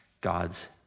God's